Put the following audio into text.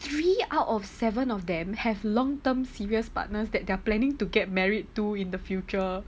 three out of seven of them have long term serious partners that they're planning to get married to in the future